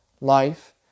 life